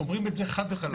אומרים את זה חד וחלק.